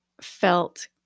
felt